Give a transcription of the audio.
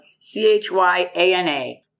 C-H-Y-A-N-A